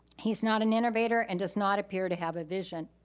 he's not an innovator and does not appear to have a vision.